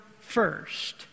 first